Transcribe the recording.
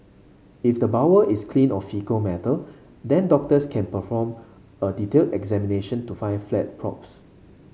if the bowel is clean of faecal matter then doctors can perform a detailed examination to find a flat polyps